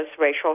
racial